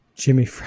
Jimmy